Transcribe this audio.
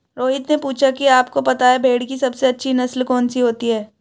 रोहित ने पूछा कि आप को पता है भेड़ की सबसे अच्छी नस्ल कौन सी होती है?